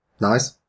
Nice